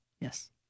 Yes